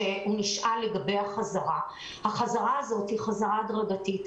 החזרה הזאת היא חזרה הדרגתית.